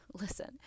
listen